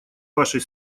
вашей